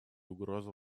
угроза